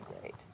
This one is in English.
great